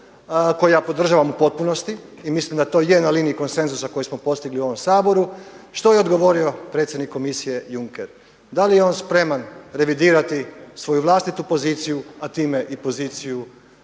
koji ja podržavam u potpunosti i mislim da je to na liniji konsenzusa koji smo postigli u ovom Saboru, što je odgovorio predsjednik Komisije Juncker? Da li je on spreman revidirati svoju vlastitu poziciju, a time i poziciju